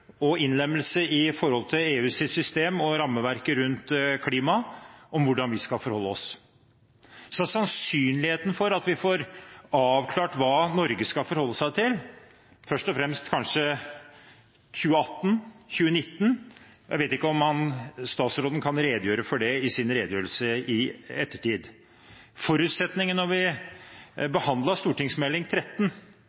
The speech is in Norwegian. og innlemmelse i EUs system og rammeverket rundt klimaet om hvordan vi skal forholde oss. Så sannsynligheten for at vi får avklart hva Norge skal forholde seg til, først og fremst kanskje i 2018–2019 – jeg vet ikke om statsråden kan redegjøre for det i sin redegjørelse etterpå. Forutsetningen da vi